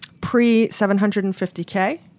pre-750K